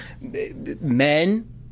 men